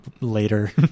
later